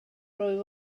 rwy